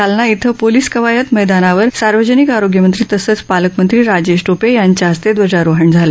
जालना इथं पोलिस कवायत मैदानावर सार्वजनिक आरोयमंत्री तसंच पालकमंत्री राजेश टोपे यांच्या हस्ते ध्वजारोहण झालं